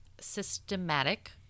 systematic –